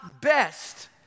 best